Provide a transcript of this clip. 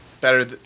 Better